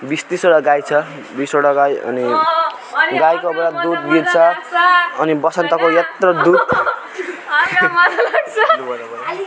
बिस तिसवटा गाई छ बिसवटा गाई अनि गाईको बाट दुध गिर्छ अनि बसन्तको यत्रो दुध